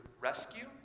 rescue